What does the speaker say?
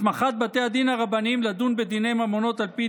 הסמכת בתי הדין הרבניים לדון בדיני ממונות על פי